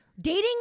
dating